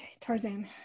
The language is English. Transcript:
Tarzan